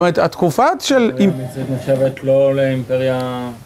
זאת אומרת, התקופת של נחשבת לא לאימפריה...